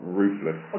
ruthless